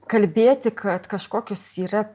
kalbėti kad kažkokios yra